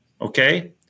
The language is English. Okay